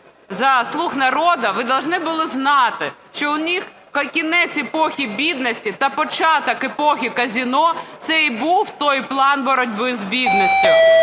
за "Слуг народу", ви повинні були знати, що у них кінець епохи бідності та початок епохи казино – це і був той план боротьби з бідністю.